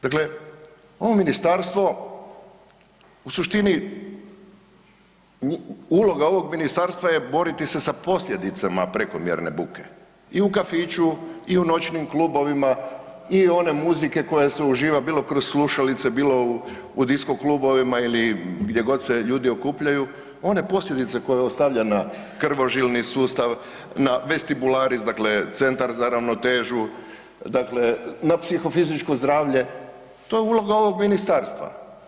Dakle, ovo ministarstvo u suštini, uloga ovog ministarstva je boriti se sa posljedicama prekomjerne buke i u kafiću i u noćnim klubovima i one muzike koja se uživa bilo kroz slušalice, bilo u disko klubovima ili gdje god se ljudi okupljaju, one posljedice koje ostavlja na krvožilni sustav, na vestibularis, dakle centar za ravnotežu, dakle na psihofizičko zdravlje, to je uloga ovog ministarstva.